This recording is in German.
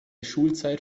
schulzeit